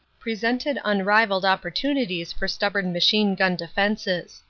presented unrivalled opportuni ties for stubborn machine-gun defenses.